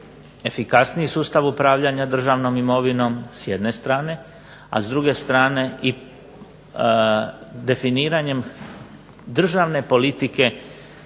efikasniji sustav upravljanja državnom imovinom s jedne strane, a s druge strane i definiranjem državne politike